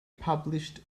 published